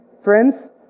Friends